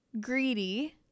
greedy